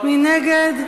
מי נגד?